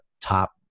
top